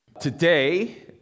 Today